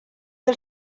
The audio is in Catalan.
del